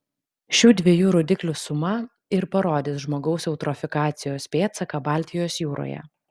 šių dviejų rodiklių suma ir parodys žmogaus eutrofikacijos pėdsaką baltijos jūroje